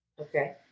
Okay